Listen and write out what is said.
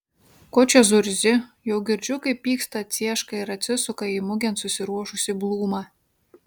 ko čia zurzi jau girdžiu kaip pyksta cieška ir atsisuka į mugėn susiruošusį blūmą